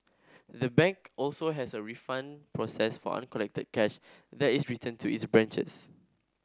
the bank also has a refund process for uncollected cash that is returned to its branches